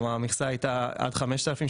המכסה הייתה עד 5,000,